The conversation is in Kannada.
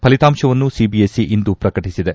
ಫಲಿತಾಂಶವನ್ನು ಸಿಬಿಎಸ್ಇ ಇಂದು ಪ್ರಕಟಿಸಿದೆ